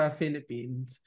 Philippines